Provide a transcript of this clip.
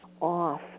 off